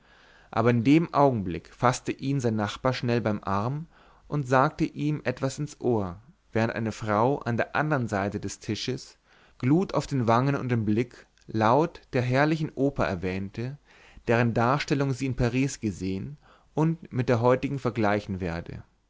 aber in dem augenblick faßte ihn sein nachbar schnell beim arm und sagte ihm etwas ins ohr während eine frau an der andern seite des tisches glut auf den wangen und im blick laut der herrlichen oper erwähnte deren darstellung sie in paris gesehen und mit der heutigen vergleichen werde